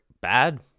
bad